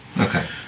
Okay